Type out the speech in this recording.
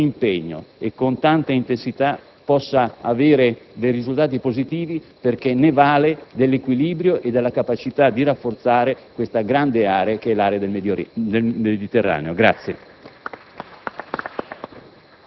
sviluppata con impegno e con tanta intensità, possa ottenere risultati positivi, perché ne va dell'equilibrio e della capacità di rafforzare la grande area del Mediterraneo.